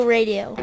Radio